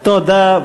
(קורע את הצעת החוק) תודה,